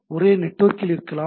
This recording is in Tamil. ஒரே நெட்வொர்க்கில் இருக்கலாம்